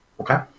Okay